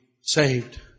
saved